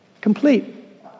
complete